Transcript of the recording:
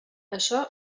això